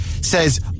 says